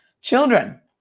children